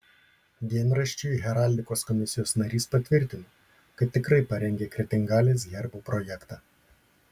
dienraščiui heraldikos komisijos narys patvirtino kad tikrai parengė kretingalės herbo projektą